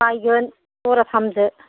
बायगोन जराथामसो